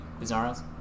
bizarros